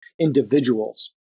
individuals